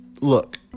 look